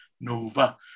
Nova